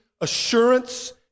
assurance